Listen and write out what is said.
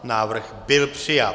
Návrh byl přijat.